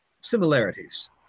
similarities